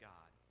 God